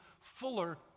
fuller